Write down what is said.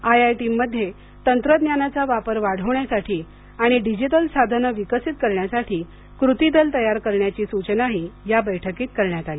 आयआयटींमध्ये तंत्रज्ञानाचा वापर वाढवण्यासाठी आणि डिजिटल साधनं विकसित करण्यासाठी कृती दल तयार करण्याचीही सूचना या बैठकीत करण्यात आली